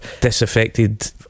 Disaffected